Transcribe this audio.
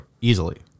easily